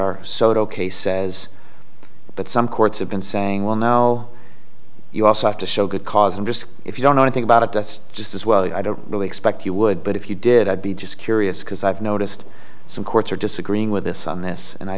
case says but some courts have been saying well no you also have to show good cause and just if you don't know anything about it that's just as well i don't really expect you would but if you did i'd be just curious because i've noticed some courts are disagreeing with this on this and i